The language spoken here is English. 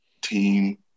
team